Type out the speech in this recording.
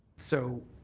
so,